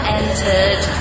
entered